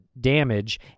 damage